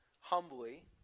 humbly